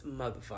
motherfucker